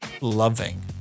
loving